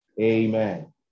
Amen